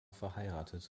verheiratet